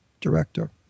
director